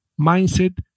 mindset